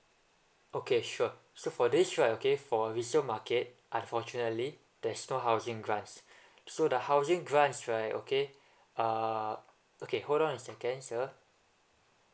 okay sure so for this right okay for resale market unfortunately there is no housing grants so the housing grants right okay uh okay hold on a second sir